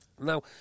Now